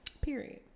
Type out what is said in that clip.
Period